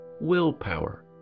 willpower